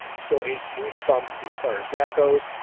so a huge bump as far as that goes.